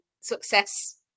success